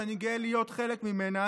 שאני גאה להיות חלק ממנה,